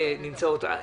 אני